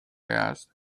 asked